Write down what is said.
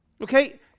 Okay